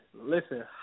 listen